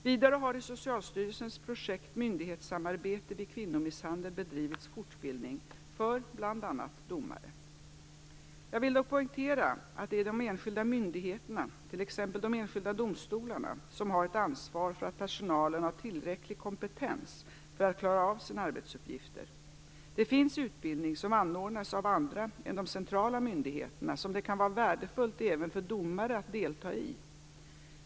Vidare har i Socialstyrelsens projekt Myndighetssamarbete vid kvinnomisshandel bedrivits fortbildning för bl.a. domare. Jag vill dock poängtera att det är de enskilda myndigheterna, t.ex. de enskilda domstolarna, som har ett ansvar för att personalen har tillräcklig kompetens för att klara av sina arbetsuppgifter. Det finns utbildning som anordnas av andra än de centrala myndigheterna som det kan vara värdefullt även för domare att delta i.